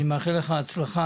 אני מאחל לך הצלחה,